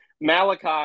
Malachi